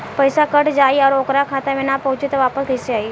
पईसा कट जाई और ओकर खाता मे ना पहुंची त वापस कैसे आई?